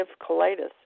colitis